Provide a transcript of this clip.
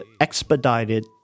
expedited